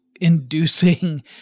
inducing